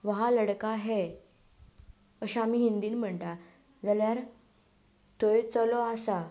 वह लडका है अशें आमी हिंदींत म्हणटा जाल्यार थंय चलो आसा